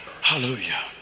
Hallelujah